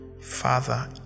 father